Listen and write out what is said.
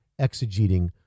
exegeting